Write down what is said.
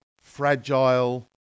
fragile